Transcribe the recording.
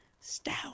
Stout